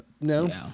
No